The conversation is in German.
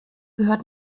gehört